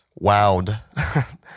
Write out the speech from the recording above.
wowed